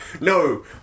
No